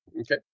Okay